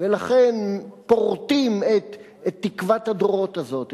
לכן פורטים את תקוות הדורות הזאת,